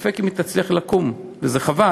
ספק אם היא תצליח לקום, וזה חבל.